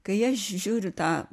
kai aš žiūriu tą